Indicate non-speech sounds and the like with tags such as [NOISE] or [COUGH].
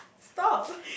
stop [LAUGHS]